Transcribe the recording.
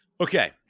Okay